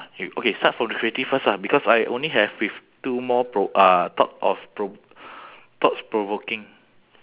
okay okay start from the creative first lah because I only have with two more pro~ uh thought of pro~ thought-provoking